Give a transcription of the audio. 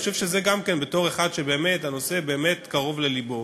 גם כן, בתור אחד שבאמת הנושא קרוב ללבו,